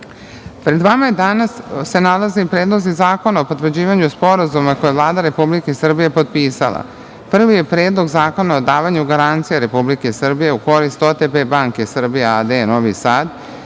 vama se danas nalaze i predlozi zakona o potvrđivanju sporazuma koje je Vlada Republike Srbije potpisala. Prvi je Predlog zakona o davanju garancija Republike Srbije u korist OTP Banke Srbije a.d. Novi Sad